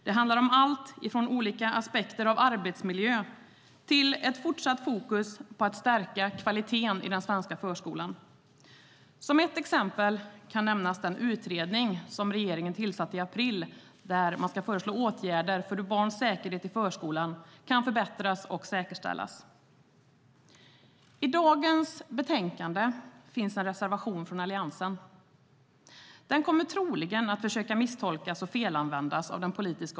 Det handlar om alltifrån olika aspekter av arbetsmiljö till ett fortsatt fokus på att stärka kvaliteten i den svenska förskolan. Som ett exempel kan nämnas den utredning som regeringen tillsatte i april tillsatte som ska föreslå åtgärder för hur barns säkerhet i förskolan kan förbättras och säkerställas. I dagens betänkande finns en reservation från Alliansen. Den politiska oppositionen kommer troligen att försöka misstolka och felanvända den.